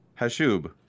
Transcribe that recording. Hashub